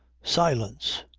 silence!